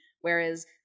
Whereas